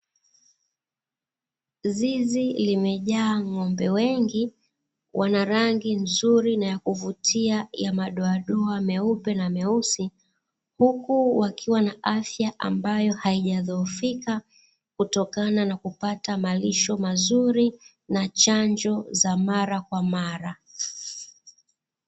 Zizi limejaa ng'ombe wengi wana rangi nzuri na ya kuvutia ya madoadoa meupe na meusi, huku wakiwa na afya ambayo haijadhoofika kutokana na kupata malisho mazuri na chanjo za mara kwa mara.